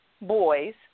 boys